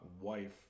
wife